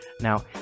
Now